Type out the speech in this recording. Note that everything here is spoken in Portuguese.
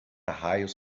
raios